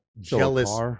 Jealous